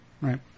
Right